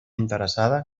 interessada